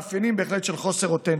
מאפיינים של חוסר אותנטיות.